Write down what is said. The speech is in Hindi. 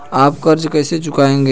आप कर्ज कैसे चुकाएंगे?